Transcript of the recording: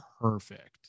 perfect